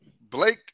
Blake